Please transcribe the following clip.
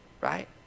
right